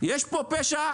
יש פה פשע.